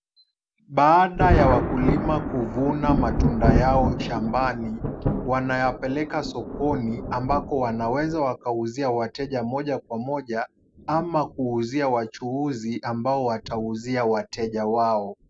Baada ya wakulima kuvuna matunda yao shambani, wanayapeleka sokoni, ambako wanaweza wakauzia wateja moja kwa moja, ama kuuzia wachuuzi, ambao watauzia wateja wao.